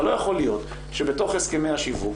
אבל לא יכול להיות שבתוך הסכמי השיווק,